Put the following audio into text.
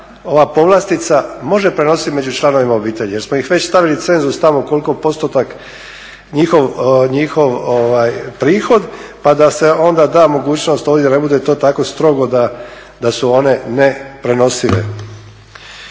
ova povlastica može prenositi među članovima obitelji jer smo im već stavili cenzus tamo koliko postotak njihov prihod pa da se da onda ovdje mogućnost da to ne bude tako strogo da su one ne prenosive.